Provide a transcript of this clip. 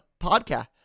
podcast